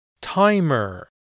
Timer